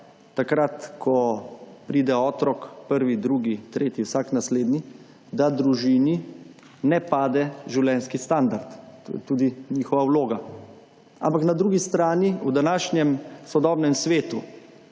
takrat, ko pride otrok, prvi, drugi, tretji, vsak naslednji, da družini ne pade življenjski standard. Tudi njihova vloga. Ampak na drugi strani, v današnjem sodobnem svetu,